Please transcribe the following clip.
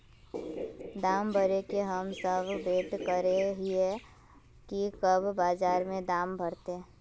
दाम बढ़े के हम सब वैट करे हिये की कब बाजार में दाम बढ़ते?